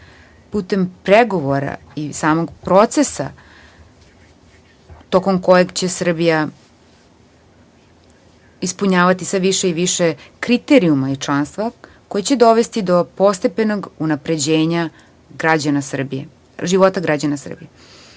putem pregovora i samog procesa tokom kojeg će Srbija ispunjavati sve više i više kriterijuma iz članstva, koji će dovesti do postepenog unapređenja života građana Srbije,